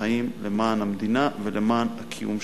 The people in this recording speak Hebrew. החיים למען המדינה ולמען הקיום שלנו.